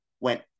went